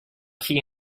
key